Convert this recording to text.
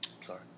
Sorry